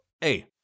hey